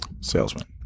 Salesman